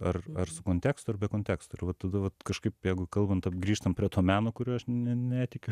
ar ar su kontekstu ar be konteksto ir vat tada vat kažkaip jeigu kalbant grįžtant prie to meno kuriuo aš ne netikiu